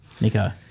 Nico